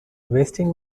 wasting